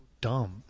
dumb